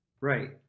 Right